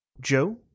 Joe